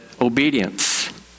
obedience